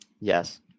yes